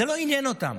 זה לא עניין אותם.